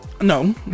No